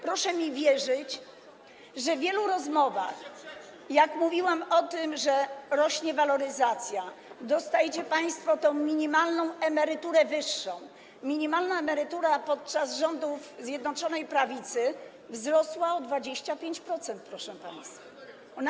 Proszę mi wierzyć, że podczas wielu rozmów, jak mówiłam o tym, że rośnie waloryzacja, że dostajecie państwo tę minimalną emeryturę wyższą - a minimalna emerytura podczas rządów Zjednoczonej Prawicy wzrosła o 25%, proszę państwa.